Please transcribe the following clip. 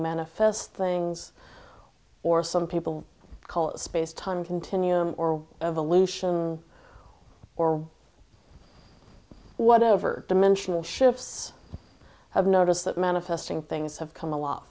manifest things or some people call it space time continuum or evolution or whatever dimensional shifts have noticed that manifesting things have come a lot